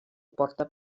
porta